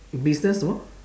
business 什么